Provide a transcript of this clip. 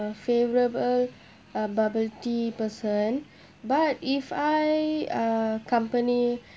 favorable bubble tea person but if I uh company